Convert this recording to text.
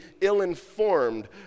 ill-informed